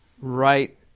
right